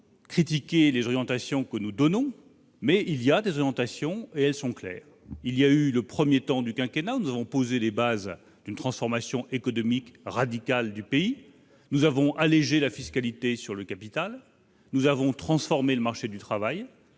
critiquer les orientations que nous déterminons, celles-ci existent et elles sont claires. Lors du premier temps du quinquennat, nous avons posé les bases d'une transformation économique radicale du pays. Nous avons allégé la fiscalité pesant sur le capital. Nous avons transformé le marché du travail